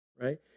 right